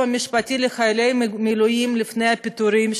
המשפטי לחיילי מילואים לפני פיטורים.